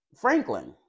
franklin